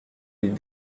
des